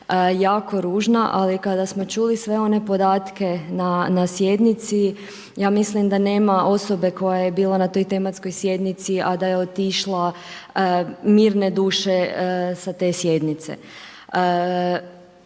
jako ružna ali kada smo čuli sve one podatke na sjednici, ja mislim da nema osobe koja je bila na toj tematskoj sjednici, a da je otišla mirne duše sa te sjednice.